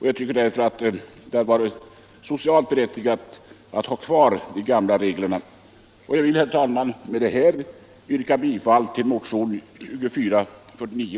Jag tycker därför att det hade varit socialt berättigat att här ha kvar de gamla reglerna. Jag vill med detta, herr talman, yrka bif: till motion 2449.